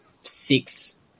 six